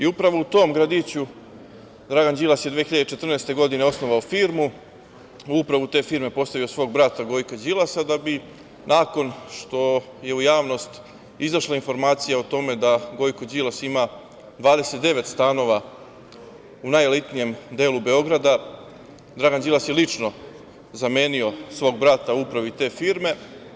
Upravo u tom gradiću je Dragan Đilas 2014. godine osnovao firmu, u upravu te firme postavio svog brata Gojka Đilasa, da bi, nakon što je u javnost izašla informacija da Gojko Đilas ima 29 stanova u najelitnijem delu Beograda, Dragan Đilas lično zamenio svog brata u upravi te firme.